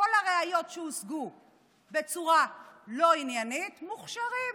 כל הראיות שהושגו בצורה לא עניינית מוכשרות.